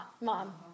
mom